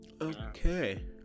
okay